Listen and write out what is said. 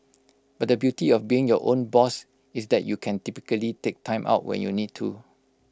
but the beauty of being your own boss is that you can typically take Time Out when you need to